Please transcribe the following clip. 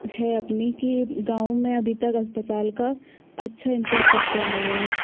है अपनी कि गाँवो में अभी तक अस्पताल का अच्छा इन्फ्रास्ट्रक्चर नहीं है